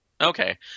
Okay